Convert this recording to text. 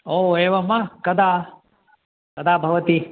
ओ एवं वा कदा कदा भवति